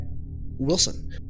Wilson